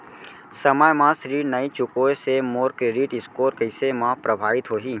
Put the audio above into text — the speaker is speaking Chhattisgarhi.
समय म ऋण नई चुकोय से मोर क्रेडिट स्कोर कइसे म प्रभावित होही?